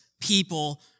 people